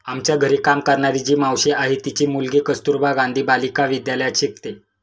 आमच्या घरी काम करणारी जी मावशी आहे, तिची मुलगी कस्तुरबा गांधी बालिका विद्यालयात शिकते